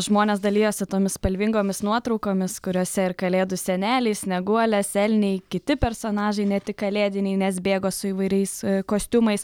žmonės dalijosi tomis spalvingomis nuotraukomis kuriose ir kalėdų seneliai snieguolės elniai kiti personažai ne tik kalėdiniai nes bėgo su įvairiais kostiumais